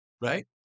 right